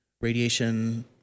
radiation